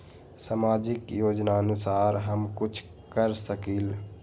सामाजिक योजनानुसार हम कुछ कर सकील?